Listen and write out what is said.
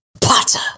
Potter